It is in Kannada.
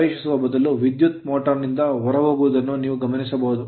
ಪ್ರವೇಶಿಸುವ ಬದಲು ವಿದ್ಯುತ್ motor ಮೋಟರ್ ನಿಂದ ಹೊರಹೋಗುವುದನ್ನು ನೀವು ಗಮನಿಸಬಹುದು